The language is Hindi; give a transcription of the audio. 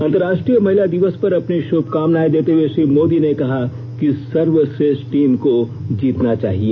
अंतरराष्ट्रीय महिला दिवस पर अपनी शुभकामनाएं देते हुए श्री मोदी ने कहा कि सर्वश्रेष्ठ टीम को जीतना चाहिए